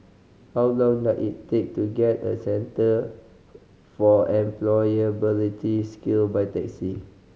how long does it take to get a Centre for Employability Skill by taxi